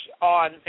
on